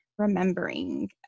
remembering